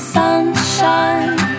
sunshine